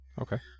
Okay